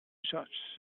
such